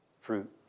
fruit